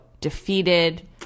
defeated